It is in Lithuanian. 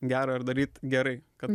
gerą ir daryt gerai kad